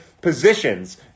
positions